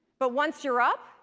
but once you're up,